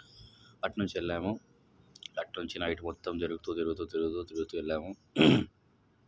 అటు నుంచి వెళ్ళాము అట్నుంచి నైట్ మొత్తం జరుగుతు జరుగుతు తిరుగుతు తిరుగుతు వెళ్ళాము